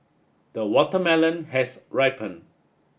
the watermelon has ripen